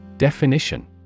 Definition